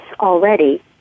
already